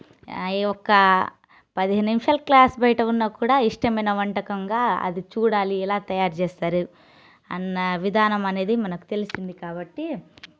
ఈ యొక్క పదేను నిమిషాలు క్లాస్ బయట ఉన్న కూడా ఇష్టమైన వంటకంగా అది చూడాలి ఎలా తయారు చేస్తారు అన్న విధానం అనేది మనకు తెలిసింది కాబట్టి